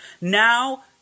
now